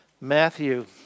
Matthew